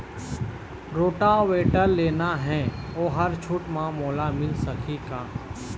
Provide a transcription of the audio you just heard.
Rotavator लेना हे ओहर छूट म मोला मिल सकही का?